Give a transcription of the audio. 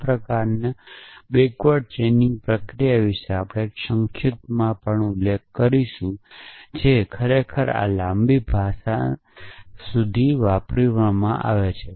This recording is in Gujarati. આ પ્રકારની પાછલા ચેઇનીંગ પ્રક્રિયા વિશે આપણે સંક્ષિપ્તમાં પણ ઉલ્લેખ કરીશું જે ખરેખર આ ભાષા લાંબા સમય સુધી કરે છે